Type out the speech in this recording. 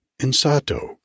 Insato